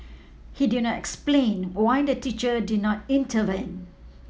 he did not explain why the teacher did not intervene